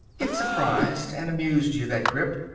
it surprised and amused you, that grip,